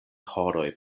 horoj